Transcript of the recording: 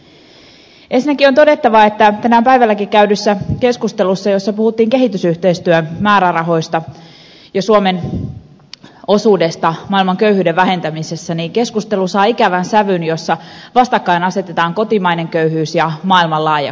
ensinnäkin on todettava että tänään päivälläkin käydyssä keskustelussa jossa puhuttiin kehitysyhteistyön määrärahoista ja suomen osuudesta maailman köyhyyden vähentämisessä keskustelu sai ikävän sävyn jossa asetettiin vastakkain kotimainen köyhyys ja maailman laaja köyhyys